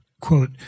quote